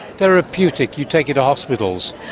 therapeutic. you take it to hospitals?